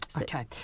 Okay